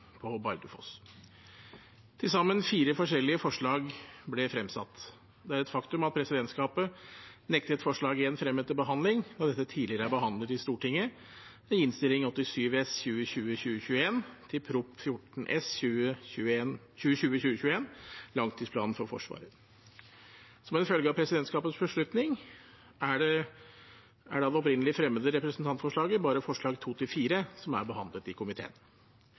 på Bardufoss. Til sammen fire forskjellige forslag ble fremsatt. Det er et faktum at presidentskapet nektet forslag nr. 1 fremmet til behandling da dette tidligere er behandlet i Stortinget i Innst. 87 S for 2020–2021 til Prop. 14 S for 2020–2021, langtidsplanen for Forsvaret. Som følge av presidentskapets beslutning er det av det opprinnelig fremmede representantforslaget bare forslagene nr. 2–4 som er behandlet i komiteen.